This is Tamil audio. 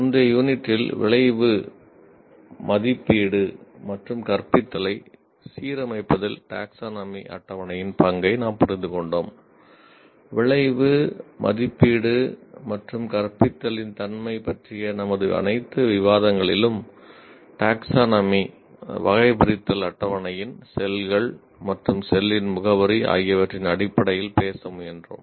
முந்தைய யூனிட்டில் விளைவு மற்றும் செல்லின் முகவரி ஆகியவற்றின் அடிப்படையில் பேச முயன்றோம்